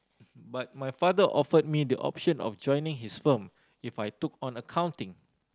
but my father offered me the option of joining his firm if I took on accounting